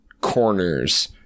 corners